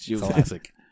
Classic